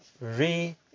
re